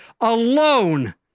alone